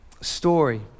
story